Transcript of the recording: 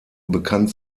bekannt